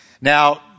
Now